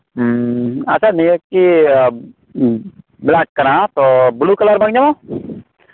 ᱟᱪᱪᱷᱟ ᱱᱤᱭᱟᱹᱠᱤ ᱵᱞᱮᱠ ᱠᱟᱱᱟ ᱛᱚ ᱵᱞᱩ ᱠᱟᱞᱟᱨ ᱵᱟᱝ ᱧᱟᱢᱚᱜᱼᱟ